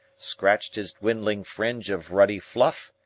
scratched his dwindling fringe of ruddy fluff,